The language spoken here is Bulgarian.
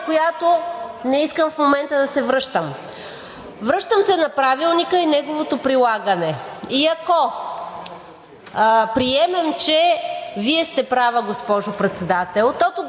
която не искам в момента да се връщам. Връщам се на Правилника и неговото прилагане. Ако приемем, че Вие сте права, госпожо Председател, то тогава ми